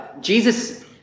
Jesus